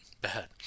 bad